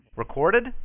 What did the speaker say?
Recorded